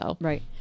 right